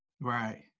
Right